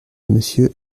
monsieur